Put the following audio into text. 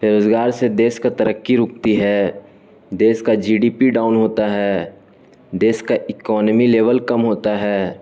بے روزگار سے دیس کا ترقی رکتی ہے دیس کا جی ڈی پی ڈاؤن ہوتا ہے دیس کا اکانمی لیول کم ہوتا ہے